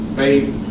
faith